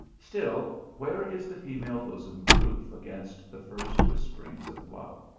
still, where is the female bosom proof against the first whisperings of love?